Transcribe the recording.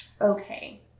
Okay